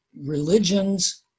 religions